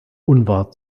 unwahr